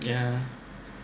yeah